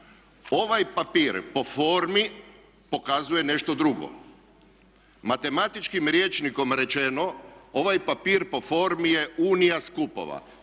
Ovaj papir po formi pokazuje nešto drugo. Matematičkim rječnikom rečeno ovaj papir po formi je unija skupova,